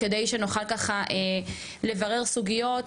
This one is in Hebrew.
כדי שנוכל ככה לברר סוגיות.